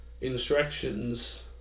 instructions